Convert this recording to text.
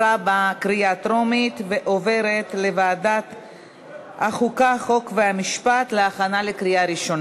לוועדת החוקה, חוק ומשפט נתקבלה.